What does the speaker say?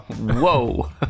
Whoa